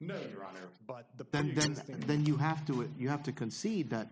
to run but the pentagon's and then you have to it you have to concede that